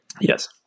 Yes